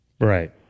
Right